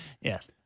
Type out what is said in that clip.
Yes